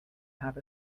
have